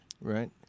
Right